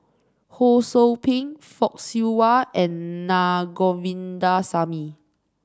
Ho Sou Ping Fock Siew Wah and Na Govindasamy